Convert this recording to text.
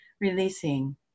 releasing